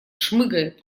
шмыгает